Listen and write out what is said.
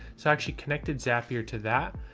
so actually connected zapier to that.